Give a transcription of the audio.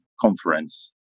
conference